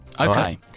Okay